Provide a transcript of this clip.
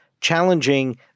challenging